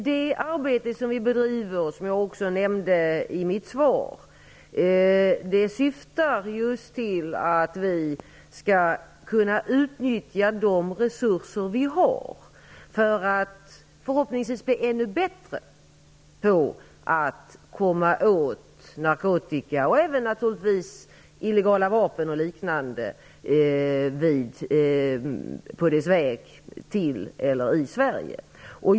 Det arbete som regeringen bedriver, och som jag också nämnde i mitt svar, syftar just till att vi skall kunna utnyttja de resurser vi har för att förhoppningsvis bli ännu bättre på att komma åt narkotika, och naturligtvis även illegala vapen och liknande, på väg till eller i Sverige.